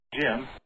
Jim